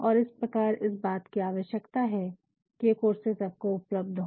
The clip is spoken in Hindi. और इस प्रकार इस बात की आवश्यकता है कि ये कोर्सेज सबको उपलब्ध हो